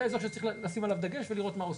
זה משהו שצריך לשים עליו דגש ולראות מה עושים,